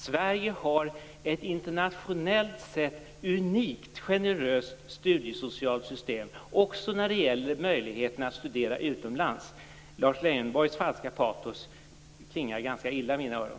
Sverige har ett internationellt sett unikt generöst studiesocialt system, också för möjligheten att studera utomlands. Lars Leijonborgs falska patos klingar ganska illa i mina öron.